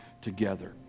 together